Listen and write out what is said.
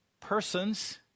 persons